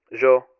Jo